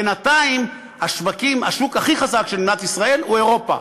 בינתיים השוק הכי חזק של מדינת ישראל הוא אירופה,